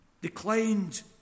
Declined